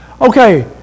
Okay